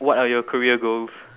what are your career goals